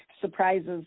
surprises